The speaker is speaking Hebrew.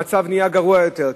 המצב נהיה גרוע יותר,